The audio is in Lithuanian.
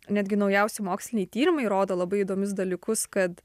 netgi naujausi moksliniai tyrimai rodo labai įdomius dalykus kad